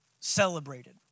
celebrated